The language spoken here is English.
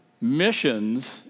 Missions